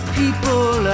people